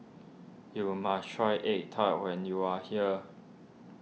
you must try Egg Tart when you are here